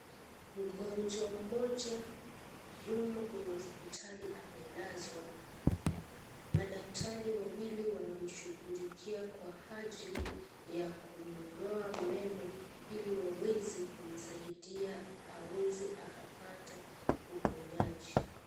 Mgonjwa moja yumo kwenye hospitali amelazwa, madaktari wawili wanamshughulikia kwa ajili ya kumng'oa meno hili waweze kumsaidia aweze kupata uponyaji.